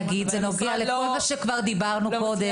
זה נוגע לכל מה שכבר דיברנו עליו קודם.